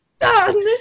done